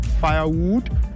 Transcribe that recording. firewood